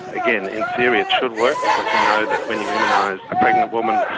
again, in theory it should work because we know that when you immunise a pregnant woman,